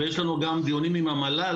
ויש לנו גם דיונים עם המל"ל,